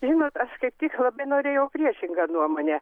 žinot aš kaip tik labai norėjau priešingą nuomonę